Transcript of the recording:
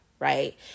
Right